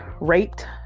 raped